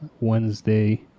Wednesday